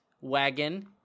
wagon